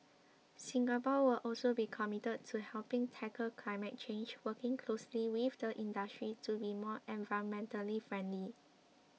Singapore will also be committed to helping tackle climate change working closely with the industry to be more environmentally friendly